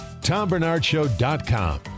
TomBernardShow.com